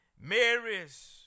Marys